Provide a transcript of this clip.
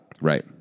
Right